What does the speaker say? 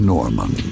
Norman